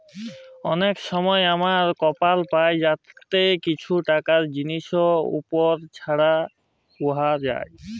অলেক সময় আমরা কুপল পায় যাতে কিছু টাকা জিলিসের উপর ছাড় পাউয়া যায়